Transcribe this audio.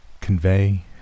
convey